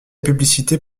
publicité